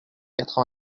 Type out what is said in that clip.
quatre